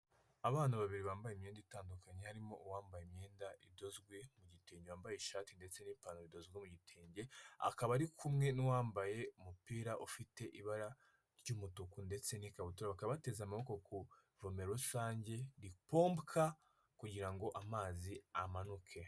Abana babiri bambaye imyenda itandukanye harimo uwambaye imyenda idozwe mu gitenge wambaye ishati ndetse n'ipantaro bidozwe mu gitenge, akaba ari kumwe n'uwambaye umupira ufite ibara ry'umutuku ndetse n'ikabutura. Bakaba bateze amaboko ku ivomero rusange ripompwa kugira ngo amazi amanuke.